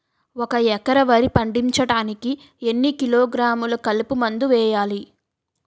ఒక ఎకర వరి పండించటానికి ఎన్ని కిలోగ్రాములు కలుపు మందు వేయాలి?